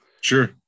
Sure